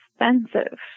expensive